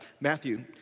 Matthew